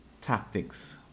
tactics